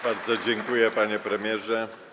Bardzo dziękuję, panie premierze.